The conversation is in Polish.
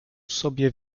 sobie